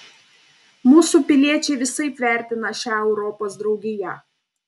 mūsų piliečiai visaip vertina šią europos draugiją